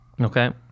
okay